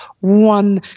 one